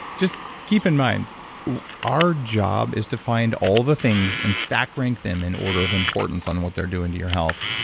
just keep in mind our job is to find all the things, and stacking them in order of importance on what they're doing to your health.